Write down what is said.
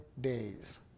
days